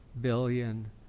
billion